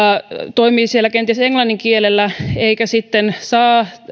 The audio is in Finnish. toimii kenties englannin kielellä eikä sitten saa